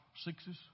sixes